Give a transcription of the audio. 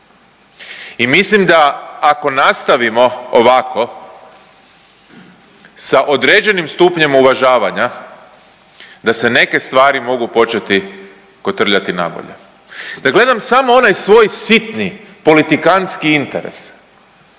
I mislim da ako nastavimo ovako sa određenim stupnjem uvažavanja da se neke stvari mogu početi kotrljati nabolje. Da gledam samo onaj svoj sitni politikantski interes